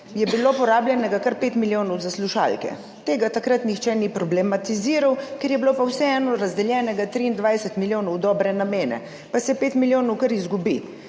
je bilo porabljenega kar 5 milijonov za slušalke. Tega takrat nihče ni problematiziral, ker je bilo pa vseeno razdeljenega 23 milijonov v dobre namene, pa se 5 milijonov kar izgubi.